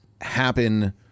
happen